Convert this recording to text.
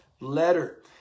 letter